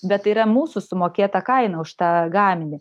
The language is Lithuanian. bet tai yra mūsų sumokėta kaina už tą gaminį